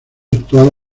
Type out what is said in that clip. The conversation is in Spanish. actual